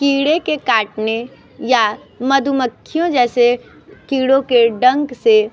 कीड़े के काटने या मधुमक्खियों जैसे कीड़ों के डंक से